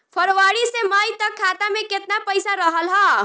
फरवरी से मई तक खाता में केतना पईसा रहल ह?